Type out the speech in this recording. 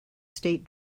state